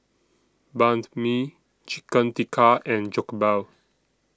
Banh MI Chicken Tikka and Jokbal